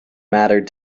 mattered